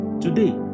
Today